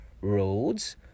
roads